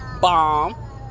bomb